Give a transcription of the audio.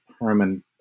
permanent